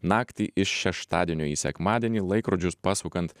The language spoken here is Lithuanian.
naktį iš šeštadienio į sekmadienį laikrodžius pasukant